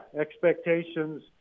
expectations